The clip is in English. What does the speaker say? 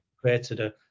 created